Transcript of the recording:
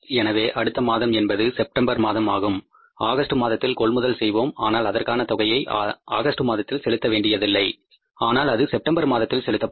எனவே அடுத்த மாதம் என்பது செப்டம்பர் மாதம் ஆகும் ஆகஸ்ட் மாதத்தில் கொள்முதல் செய்வோம் ஆனால் அதற்கான தொகையை ஆகஸ்ட் மாதத்தில் செலுத்த வேண்டியதில்லை ஆனால் அது செப்டம்பர் மாதத்தில் செலுத்தப்படும்